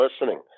listening